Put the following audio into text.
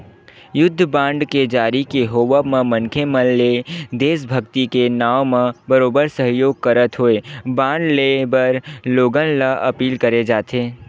युद्ध बांड के जारी के होवब म मनखे मन ले देसभक्ति के नांव म बरोबर सहयोग करत होय बांड लेय बर लोगन ल अपील करे जाथे